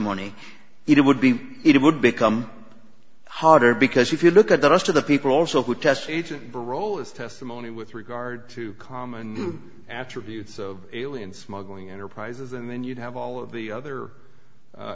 would be it would become harder because if you look at the rest of the people also who test agent parole is testimony with regard to common attributes of alien smuggling enterprises and then you have all of the other